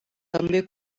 també